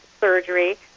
surgery